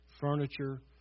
furniture